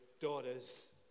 daughters